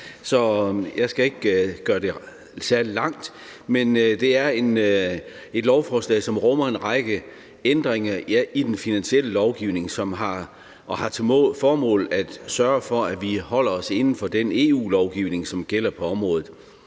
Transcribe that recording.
så jeg skal ikke gøre det særlig langt. Det er et lovforslag, som rummer en række ændringer i den finansielle lovgivning og har til formål at sørge for, at vi holder os inden for den EU-lovgivning, som gælder på området.